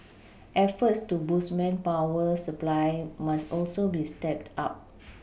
efforts to boost manpower supply must also be stepped up